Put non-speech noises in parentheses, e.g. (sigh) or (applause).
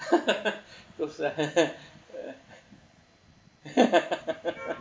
(laughs) that's why (laughs)